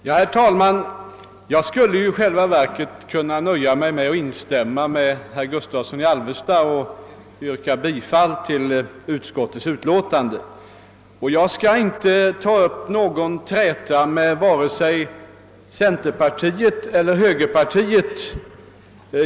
Herr talman! Jag skulle i själva verket kunna nöja mig med att instämma med herr Gustavsson i Alvesta och förklara att jag kommer att ansluta mig till ett yrkande om bifall till andra lagutskottets hemställan. Jag skall inte träta med vare sig centerpartiet eller högerpartiet.